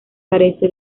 carece